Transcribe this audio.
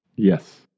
Yes